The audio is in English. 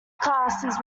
classes